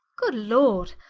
good lord,